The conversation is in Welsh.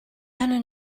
dyna